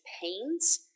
pains